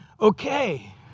Okay